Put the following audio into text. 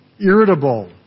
irritable